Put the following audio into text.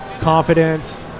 confidence